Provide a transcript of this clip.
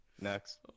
next